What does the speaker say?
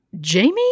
Jamie